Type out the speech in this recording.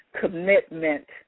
commitment